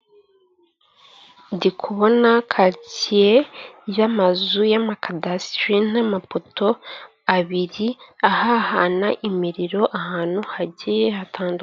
Ndi kubona karitsiye y'amazu y'amakadasitiri n'amapoto abiri ahahana imiriro ahantu hagiye hatandukanye.